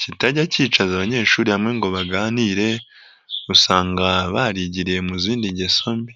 kitajya cyicaza abanyeshuri hamwe ngo baganire, usanga barigiriye mu zindi ngeso mbi.